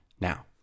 Now